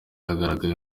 yagaragaye